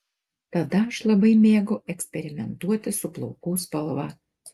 tada aš labai mėgau eksperimentuoti su plaukų spalva